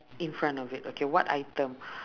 in front of it okay what item